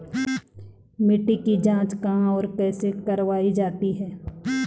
मिट्टी की जाँच कहाँ और कैसे करवायी जाती है?